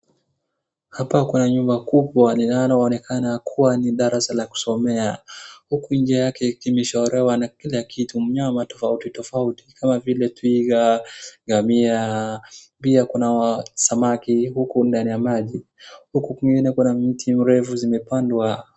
Hapa kuna nyumba kubwa linaloonekana kuwa ni darasa la kusomea. Huku nje yake ikiwa imechorewa na kila kitu, mnyama tofauti tofauti kama vile twiga, ngamia pia kuna samaki huku ndani ya maji. Huku kwingine kuna mti mrefu zimepandwa.